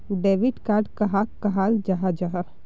Debit card कहाक कहाल जाहा जाहा?